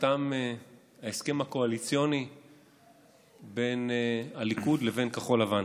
נחתם ההסכם הקואליציוני בין הליכוד לבין כחול לבן,